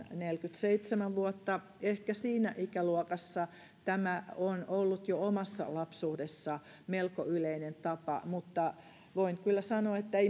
neljäkymmentäseitsemän vuotta ehkä siinä ikäluokassa tämä on ollut jo omassa lapsuudessa melko yleinen tapa mutta voin kyllä sanoa että ei